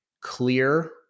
clear